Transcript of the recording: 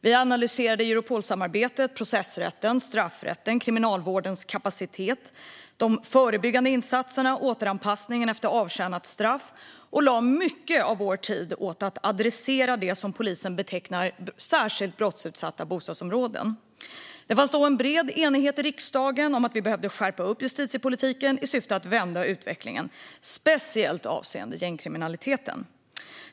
Vi analyserade Europolsamarbetet, processrätten, straffrätten, Kriminalvårdens kapacitet, de förebyggande insatserna och återanpassningen efter avtjänat straff och lade mycket av vår tid på att adressera det som polisen betecknar som särskilt brottsutsatta bostadsområden. Det fanns då bred enighet i riksdagen om att vi behövde skärpa justitiepolitiken i syfte att vända utvecklingen, särskilt avseende gängkriminaliteten.